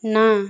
ନା